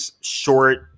short